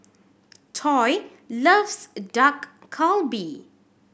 Toy loves Dak Galbi